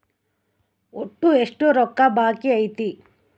ಒಟ್ಟು ಎಷ್ಟು ರೊಕ್ಕ ಬಾಕಿ ಐತಿ?